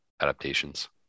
adaptations